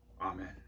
Amen